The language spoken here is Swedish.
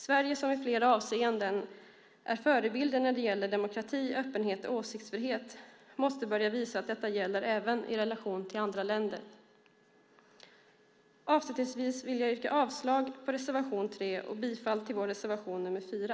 Sverige som i flera avseenden är förebild när det gäller demokrati, öppenhet och åsiktsfrihet måste börja visa att detta gäller även i relation till andra länder. Avslutningsvis yrkar jag avslag på reservation 3 och bifall till vår reservation nr 4.